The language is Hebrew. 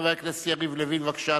חבר הכנסת יריב לוין, בבקשה.